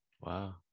wow